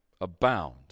abound